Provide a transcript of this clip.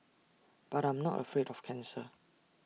but I'm not afraid of cancer